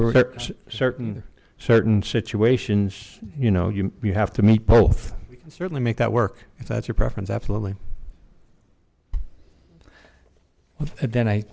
we're certain certain situations you know you have to meet both certainly make that work if that's your preference absolutely well then i